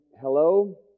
Hello